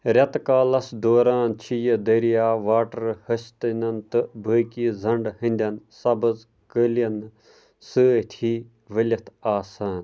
رٮ۪تہٕ کالَس دوران چھِ یہِ دٔریاو واٹر ۂستِنَن تہٕ بٲقی زنٛڈ ہٕنٛدٮ۪ن سبٕز قٲلیٖنہٕ سۭتھۍ ؤلِتھ آسان